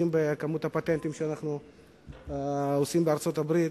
במספר הפטנטים הנרשמים בארצות-הברית.